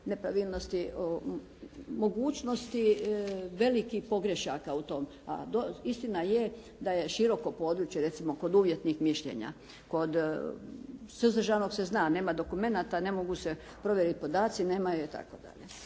nepravilnosti. Mogućnosti velikih pogrešaka u tom, a istina je da je široko područje recimo kod uvjetnih mišljenja. Kod suzdržanog se zna, nema dokumenata ne mogu se provjeriti podaci, nema ih itd.